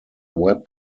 web